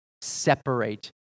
separate